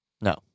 No